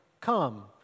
Come